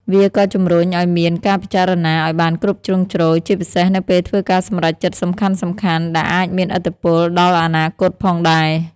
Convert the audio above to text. វាក៏ជំរុញឱ្យមានការពិចារណាឱ្យបានគ្រប់ជ្រុងជ្រោយ ជាពិសេសនៅពេលធ្វើការសម្រេចចិត្តសំខាន់ៗ ដែលអាចមានឥទ្ធិពលដល់អនាគតផងដែរ។